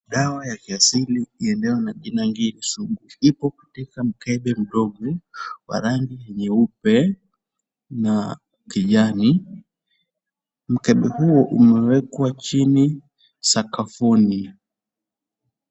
Dawa ya kiasili iliyo na jina Ngiri Sugu ipo katika mkebe mdogo wa rangi nyeupe na kijani. Mkebe huo umewekwa chini sakafuni.